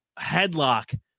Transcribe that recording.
Headlock